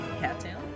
Cattail